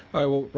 i will,